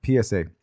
PSA